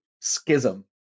schism